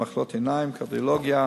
למחלות עיניים, קרדיולוגיה,